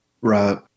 Right